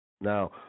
Now